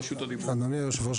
אדוני היושב-ראש,